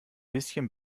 bisschen